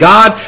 God